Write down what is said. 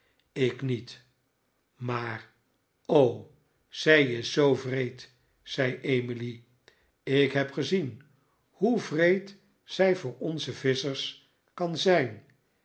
ik niet maar o zij is zoo wreed zei emily ik heb gezien hoe wreed zij voor onze visschers kan zijn